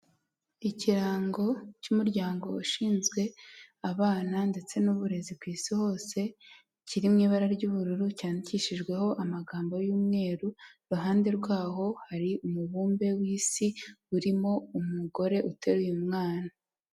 Ikirango cy'umuryango ushinzwe abana ndetse n'uburezi ku isi hose kiri mu ibara ry'ubururu cyandikishijweho amagambo y'umweru, iruhande rwaho hari umubumbe w'isi urimo umugore uteraru uyu mwana.